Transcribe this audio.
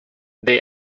they